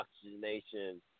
oxygenation